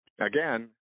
again